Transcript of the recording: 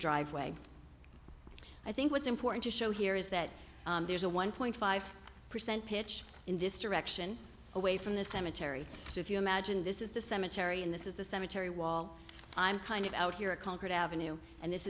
driveway i think what's important to show here is that there's a one point five percent pitch in this direction away from the cemetery so if you imagine this is the cemetery in this is the cemetery wall i'm kind of out here a concrete avenue and this